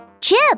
Chip